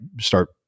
start